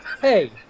hey